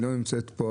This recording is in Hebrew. היא לא נמצאת פה,